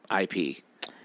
IP